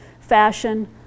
fashion